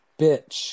Bitch